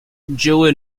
julie